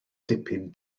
dipyn